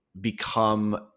become